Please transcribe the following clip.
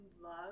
love